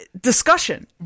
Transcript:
discussion